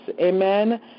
Amen